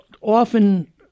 often